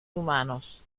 humanos